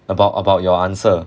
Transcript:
about about your answer